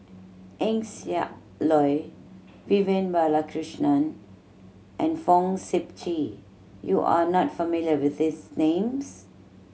Eng Siak Loy Vivian Balakrishnan and Fong Sip Chee you are not familiar with these names